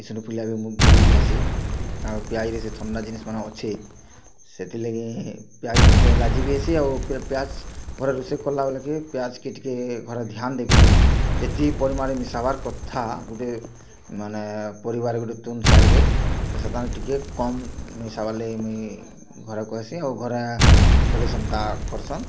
eosinophilia ବି ମୋ' ବଢ଼ି ଯାଏସି ଆଉ ପିଆଜ୍ରେ ଯେ ଥଣ୍ଡା ଜିନିଷ୍ମାନେ ଅଛେ ସେଥିର୍ଲାଗି ପିଆଜ୍ରେ ମୋତେ ଆଲର୍ଜି ବି ହେସି ଆଉ ପିଆଜ୍ ଘରେ ରୁଷେଇ କଲା ବେଲେ ବି ପିଆଜ୍କେ ଟିକେ ଘରେ ଧ୍ୟାନ୍ ଦେଇକିରି ଯେତିକି ପରିମାଣ୍ରେ ମିଶାବାର୍ କଥା ଗୁଟେ ମାନେ ପରିବାର୍ରେ ଗୁଟେ ତୁନ୍ ସାଙ୍ଗ୍ରେ ସେଟାରେ ଟିକେ କମ୍ ମିଶାବାର୍ ଲାଗି ମୁଁଇ ଘରେ କହେସିଁ ଆଉ ଘରେ ବୋଲି ସେନ୍ତା କର୍ସନ୍